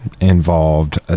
involved